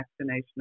vaccination